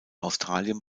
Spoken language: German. australien